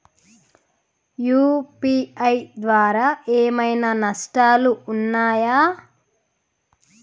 UPI ద్వారా ఏమైనా నష్టాలు ఉన్నయా?